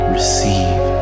receive